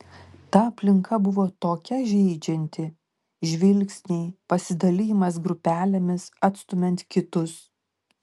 ta aplinka buvo tokia žeidžianti žvilgsniai pasidalijimas grupelėmis atstumiant kitus